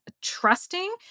trusting